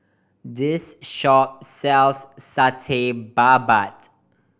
this shop sells Satay Babat